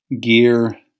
gear